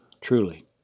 Truly